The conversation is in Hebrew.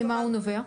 ממה הוא נובע?